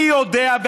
אני יודע.